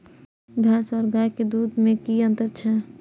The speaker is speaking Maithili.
भैस और गाय के दूध में कि अंतर छै?